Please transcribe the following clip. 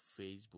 facebook